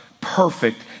perfect